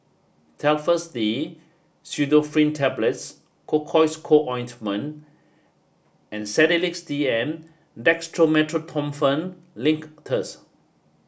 Telfast D Pseudoephrine Tablets Cocois Co Ointment and Sedilix D M Dextromethorphan Linctus